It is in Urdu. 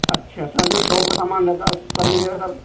اچھا سر جو شاپ کا سامان رہتا ہے سب ملے گا سر